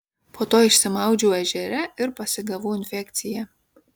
po to išsimaudžiau ežere ir pasigavau infekciją